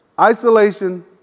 Isolation